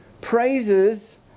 praises